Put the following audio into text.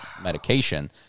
medication